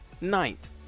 ninth